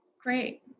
Great